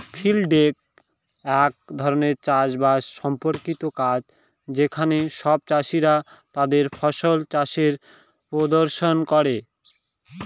field day এক ধরনের চাষ বাস সম্পর্কিত কাজ যেখানে সব চাষীরা তাদের ফসল চাষের প্রদর্শন করে